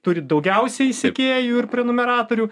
turi daugiausiai sekėjų ir prenumeratorių